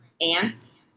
ants